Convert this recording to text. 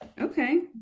Okay